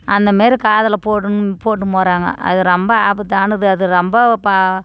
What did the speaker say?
அந்தமாரி காதில் போடணும் போட்டுன்னு போகறாங்க அது ரொம்ப ஆபத்தானது அது ரொம்ப பா